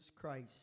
Christ